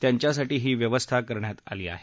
त्यांच्यासाठी ही व्यवस्था करण्यात आली आहे